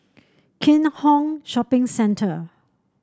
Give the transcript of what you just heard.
Keat Hong Shopping Centre